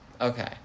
Okay